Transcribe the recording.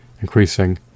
increasing